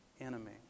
enemy